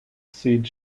seed